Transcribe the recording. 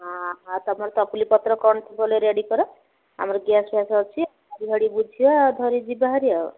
ହଁ ହଁ ତମର ପତ୍ର କ'ଣ ରେଡ଼ି କର ଆମର ଗ୍ୟାସ୍ଫ୍ୟାସ୍ ଅଛି ଗାଡ଼ିଭାଡ଼ି ବୁଝିବା ଆଉ ଧରିକି ଯିବା ଭାରି ଆଉ